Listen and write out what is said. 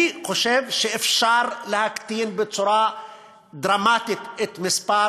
אני חושב שאפשר להקטין בצורה דרמטית את מספר